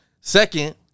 Second